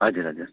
हजुर हजुर